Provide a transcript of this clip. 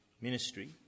ministry